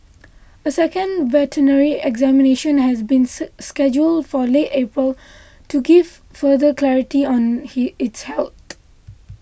a second veterinary examination has been scheduled for late April to give further clarity on he its health